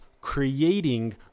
creating